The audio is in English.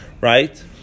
right